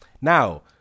Now